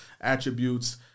attributes